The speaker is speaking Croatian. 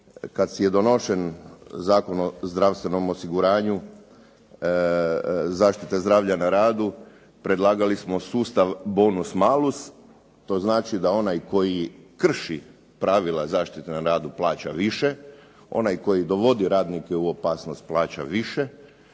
kad je donošen Zakon o zdravstvenom osiguranju zaštite zdravlja na radu, predlagali smo sustav bonus malus, to znači da onaj koji krši pravila zaštite na radu plaća više, onaj koji dovodi radnike u opasnost plaća više,